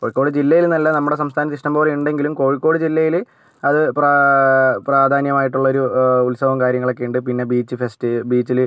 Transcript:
കോഴിക്കോട് ജില്ലയിൽ എന്നല്ല നമ്മുടെ സംസ്ഥാനത്ത് ഇഷ്ടം പോലെ ഉണ്ടെങ്കിലും കോഴിക്കോട് ജില്ലയില് അത് പ്രാ പ്രാധാന്യമായിട്ട് ഉള്ളൊരു ഉത്സവം കാര്യങ്ങളൊക്കെയുണ്ട് പിന്നെ ബീച്ച് ഫെസ്റ്റ് ബീച്ചില്